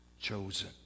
chosen